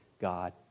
God